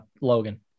Logan